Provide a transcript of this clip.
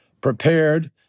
prepared